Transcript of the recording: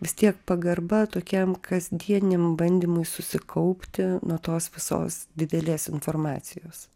vis tiek pagarba tokiam kasdieniam bandymui susikaupti nuo tos visos didelės informacijos